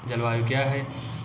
जलवायु क्या है?